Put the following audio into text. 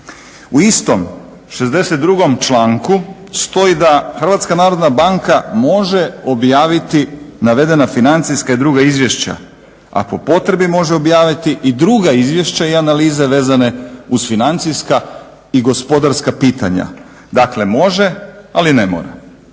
U istom 62. članku stoji da HNB može objaviti navedena financijska i druga izvješća, a po potrebi može objaviti i druga izvješća i analize vezane uz financijska i gospodarska pitanja, dakle može ali ne mora